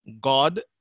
God